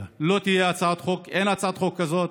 לא תהיה הצעת חוק, אין הצעת חוק כזאת.